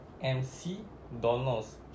M-C-Donald's